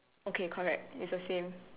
okay correct it's the same